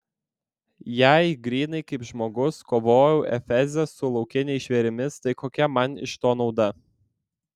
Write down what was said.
jei grynai kaip žmogus kovojau efeze su laukiniais žvėrimis tai kokia man iš to nauda